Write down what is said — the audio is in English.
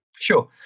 Sure